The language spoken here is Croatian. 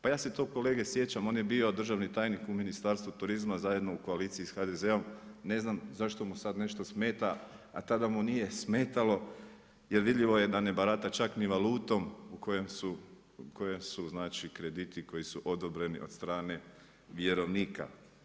Pa ja se tog kolege sjećam, on je bio državni tajnik u Ministarstvu turizma zajedno u koaliciji sa HDZ-om, ne znam zašto mu sad nešto smeta a tada mu nije smetalo je vidljivo je da ne barata čak ni valutom u kojoj su krediti koji su odobreni od strane vjerovnika.